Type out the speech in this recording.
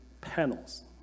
panels